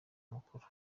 mukuru